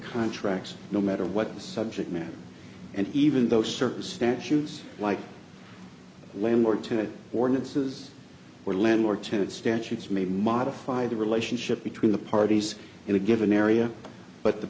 contracts no matter what the subject matter and even those service statutes like landlord tenant ordinances or landlord tenant statutes may modify the relationship between the parties in a given area but the